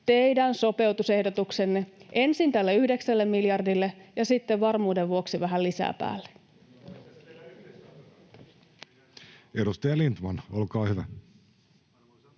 teidän sopeutusehdotuksenne, ensin tälle yhdeksälle miljardille ja sitten varmuuden vuoksi vähän lisää päälle? [Jouni Ovaskan